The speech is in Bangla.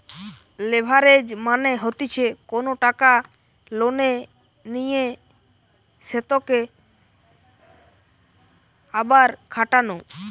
লেভারেজ মানে হতিছে কোনো টাকা লোনে নিয়ে সেতকে আবার খাটানো